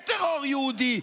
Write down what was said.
אין טרור יהודי.